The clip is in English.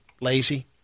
lazy